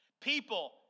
People